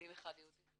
ואם אחד יהודי?